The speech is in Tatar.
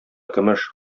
көмеш